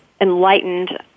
enlightened